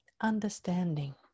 understanding